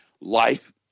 life